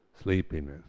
sleepiness